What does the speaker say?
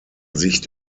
sich